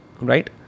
Right